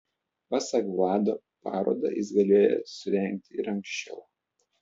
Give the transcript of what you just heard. pasak vlado parodą jis galėjęs surengti ir anksčiau